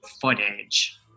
footage